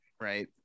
right